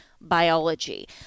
biology